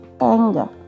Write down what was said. anger